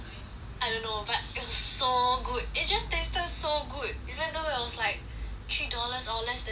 I don't know but it was so good it just tasted so good even though it was like three dollars or less than that eh